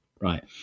Right